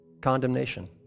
Condemnation